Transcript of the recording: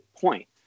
point